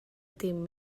dim